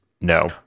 No